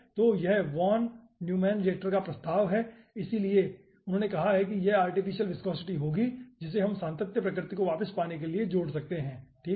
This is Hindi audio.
तो यह वॉन न्यूमैन रिक्टर का प्रस्ताव है उन्होंने कहा कि यह आर्टिफीसियल विस्कोसिटी होगी जिसे हम सातत्य प्रकृति को वापस पाने के लिए जोड़ सकते हैं ठीक है